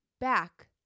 back